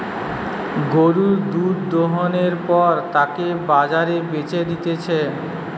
গরুর দুধ দোহানোর পর তাকে বাজারে বেচে দিতেছে